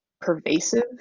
pervasive